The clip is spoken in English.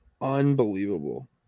unbelievable